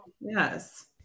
Yes